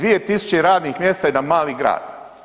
2000 radnih mjesta, jedan mali grad.